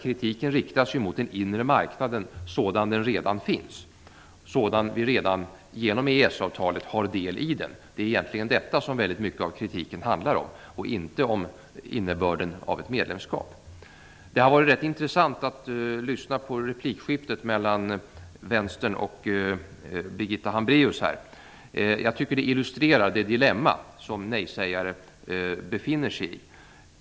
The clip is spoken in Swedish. Kritiken riktas mot den inre marknaden sådan den redan är, och som vi redan genom EES-avtalet har del i. Det är egentligen detta som mycket av kritiken handlar om, och inte om innebörden av ett medlemskap. Det har varit rätt intressant att lyssna på replikskiftet mellan Vänstern och Birgitta Hambraeus. Det illusterar det dilemma som nejsägare befinner sig i.